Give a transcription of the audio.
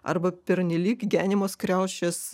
arba pernelyg genimos kriaušės